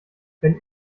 wenn